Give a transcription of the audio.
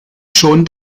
schon